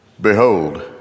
behold